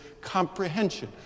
comprehension